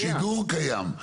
שהפרוטוקול --- השידור קיים,